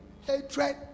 hatred